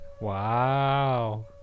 Wow